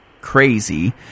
crazy